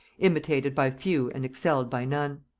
imitated by few and excelled by none.